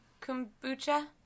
kombucha